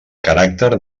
caràcter